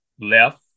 left